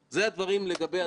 לא נזכיר את החוק ההוא.